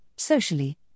socially